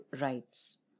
rights